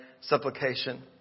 supplication